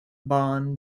bonn